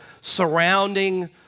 surrounding